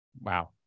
Wow